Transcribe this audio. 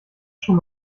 schon